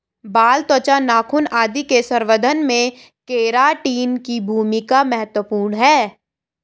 बाल, त्वचा, नाखून आदि के संवर्धन में केराटिन की भूमिका महत्त्वपूर्ण है